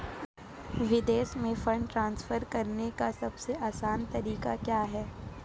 विदेश में fund transfer करने का सबसे आसान तरीका क्या है?